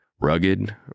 rugged